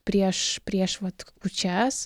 prieš prieš vat kūčias